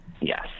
Yes